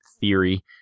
Theory